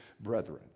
brethren